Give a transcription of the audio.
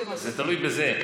זה תלוי בזה?